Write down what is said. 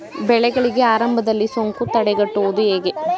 ಬೆಳೆಗಳಿಗೆ ಆರಂಭದಲ್ಲಿ ಸೋಂಕು ತಡೆಗಟ್ಟುವುದು ಹೇಗೆ?